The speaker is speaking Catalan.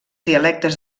dialectes